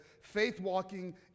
faith-walking